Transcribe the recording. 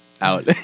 out